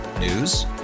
news